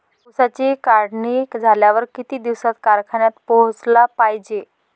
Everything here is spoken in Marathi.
ऊसाची काढणी झाल्यावर किती दिवसात कारखान्यात पोहोचला पायजे?